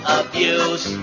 abuse